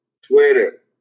Twitter